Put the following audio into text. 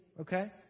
okay